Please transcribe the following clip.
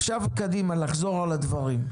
עכשיו, קדימה, לחזור על הדברים.